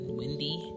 windy